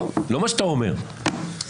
לא מה שאתה אומר,